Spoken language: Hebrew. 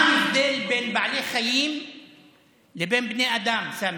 מה ההבדל בין בעלי חיים לבין בני אדם, סמי?